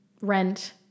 rent